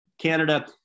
Canada